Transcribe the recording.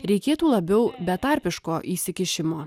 reikėtų labiau betarpiško įsikišimo